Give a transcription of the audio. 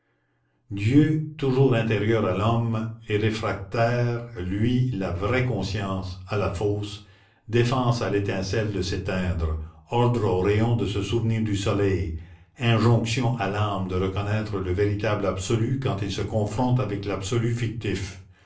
dieu toujours intérieur à l'homme et réfractaire lui la vraie conscience à la fausse défense à l'étincelle de s'éteindre ordre au rayon de se souvenir du soleil injonction à l'âme de reconnaître le véritable absolu quand il se confronte avec l'absolu fictif